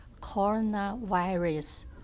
coronavirus